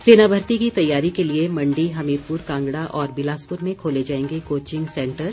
सेना भर्ती की तैयारी के लिए मण्डी हमीरपुर कांगड़ा और बिलासपुर में खोले जाएंगे कोचिंग सैंटर